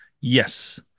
Yes